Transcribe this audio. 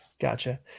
Gotcha